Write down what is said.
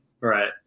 Right